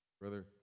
Brother